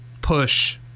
push